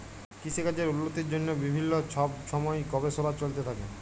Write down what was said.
কিসিকাজের উল্লতির জ্যনহে বিভিল্ল্য ছব ছময় গবেষলা চলতে থ্যাকে